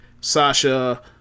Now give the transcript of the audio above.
Sasha